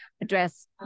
address